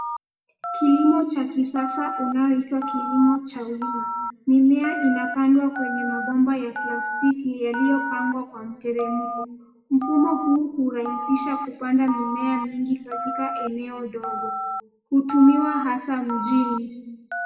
Kilimo cha kisasa unayoitwa kilimo cha wima, mimea inapandwa kwenye mabomba ya plastiki yaliyopangwa kwa mteremko. Mumo huu hurahisisha kupanda mimea mingi katika eneo dogo, hutumiwa hasa mjini.